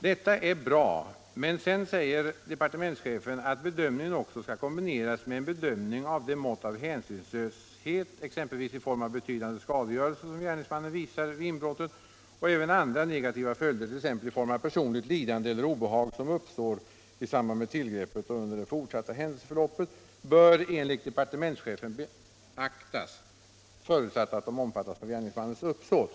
Detta är bra, men sedan säger departementschefen att bedömningen också skall kombineras med en bedömning av det mått av hänsynslöshet, exempelvis i form av betydande skadegörelse, som gärningsmannen visar vid inbrottet. Även andra negativa följder, t.ex. i form av personligt lidande eller obehag som uppstår i samband med tillgreppet och under det fortsatta | händelseförloppet, bör enligt departementschefen beaktas, förutsatt att de omfattas av gärningsmannens uppsåt.